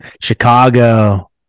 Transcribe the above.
Chicago